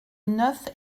neuf